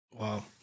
Wow